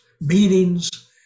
meetings